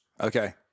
Okay